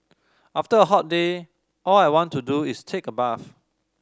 after a hot day all I want to do is take a bath